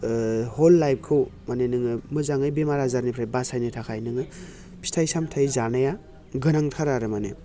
हल लाइफखौ माने नोङो मोजाङै बेमार आजारनिफ्राय बासायनो थाखाय नोङो फिथाइ सामथाय जानाया गोनांथार आरो माने